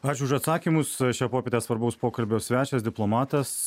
ačiū už atsakymus šią popietę svarbaus pokalbio svečias diplomatas